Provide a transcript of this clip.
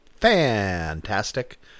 fantastic